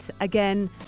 again